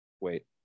wait